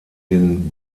den